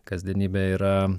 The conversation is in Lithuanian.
kasdienybė yra